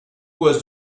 was